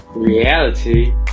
reality